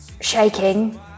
shaking